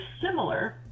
similar